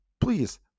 please